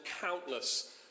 countless